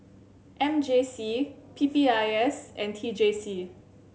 M J C P P I S and T J C